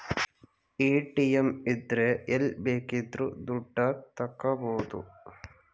ATM ಇದ್ರೆ ಎಲ್ಲ್ ಬೇಕಿದ್ರು ದುಡ್ಡ ತಕ್ಕಬೋದು